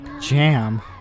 jam